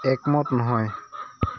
একমত নহয়